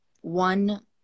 one